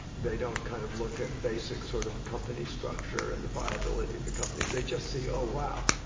they don't kind of look at basic sort of company structure and the viability of the companies, they just see, oh wow,